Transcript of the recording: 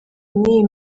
n’iyi